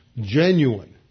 genuine